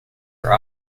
are